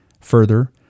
Further